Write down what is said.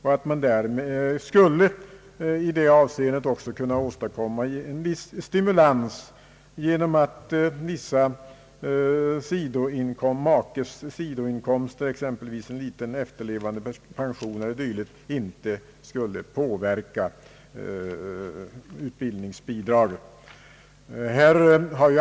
I det avseendet skulle man också kunna åstadkomma en viss stimulans genom att vissa av makes sidoinkomster, en liten efterlevandepension o. d., inte skulle påverka utbildningsbidraget.